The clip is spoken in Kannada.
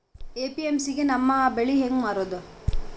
ಎ.ಪಿ.ಎಮ್.ಸಿ ಗೆ ನಮ್ಮ ಬೆಳಿ ಹೆಂಗ ಮಾರೊದ?